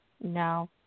no